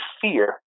fear